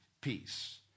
peace